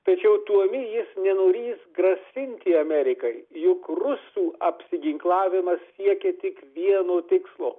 tačiau toli jis nenorįs grasinti amerikai juk rusų apsiginklavimas siekia tik vieno tikslo